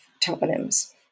toponyms